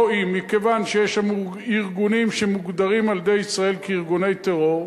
לא "אם"; מכיוון שיש שם ארגונים שמוגדרים על-ידי ישראל כארגוני טרור,